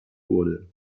wurde